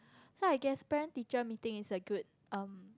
so I guess parent teacher meeting is a good um